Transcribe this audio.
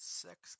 sex